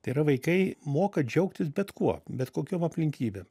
tai yra vaikai moka džiaugtis bet kuo bet kokiom aplinkybėm